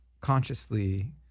consciously